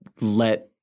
let